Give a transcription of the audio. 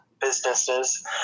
businesses